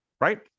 right